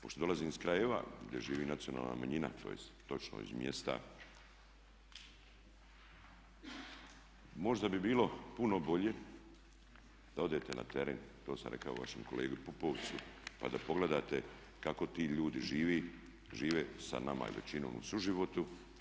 Pošto dolazim iz krajeva gdje živi nacionalna manjina, tj. točno iz mjesta možda bi bilo puno bolje da odete na teren, to sam rekao i vašem kolegi Pupovcu pa da pogledate kako ti ljudi žive sa nama i većinom u suživotu.